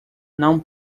não